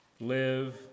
live